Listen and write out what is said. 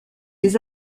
des